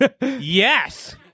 Yes